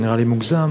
זה נראה לי מוגזם.